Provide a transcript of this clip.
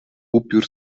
upiór